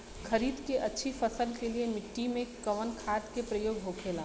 खरीद के अच्छी फसल के लिए मिट्टी में कवन खाद के प्रयोग होखेला?